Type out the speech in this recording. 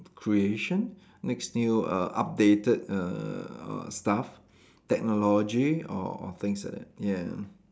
creation next new err updated err stuff technology or things like that yeah